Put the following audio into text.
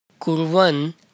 Kurwan